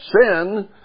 sin